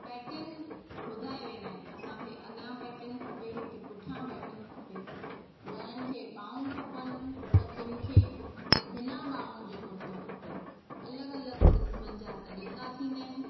pattern ॿुधाए वेंदा आहिनि असांखे अॻियां पैटन खपे की पुठियां पैटन खपे घणनि खे ॿाऊं खपनि त किनि खे बिना बाउनि जे कुर्तो खपे अलॻि अलॻि क़िस्मनि जा तरीक़ा थींदा आहिनि